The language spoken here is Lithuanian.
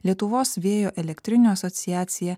lietuvos vėjo elektrinių asociacija